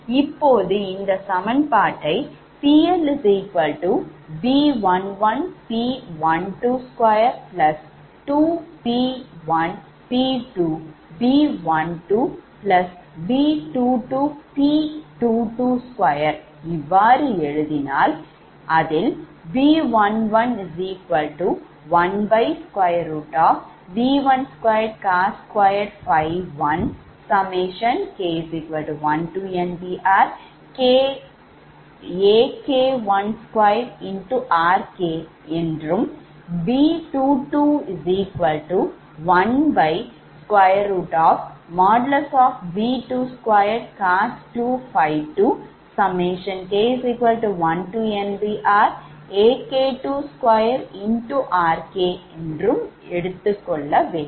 இப்போது இந்த சமன்பாட்டை PLB11P1222P1P2B12 B22P222 இவ்வாறு எழுதினால் அதில் B111|V1|2COS2 ∅1k1NBRAK12RK என்றும் B221|V2|2COS2 ∅2k1NBRAK22RK என்றும் எடுத்துக்கொள்ள வேண்டும்